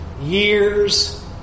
years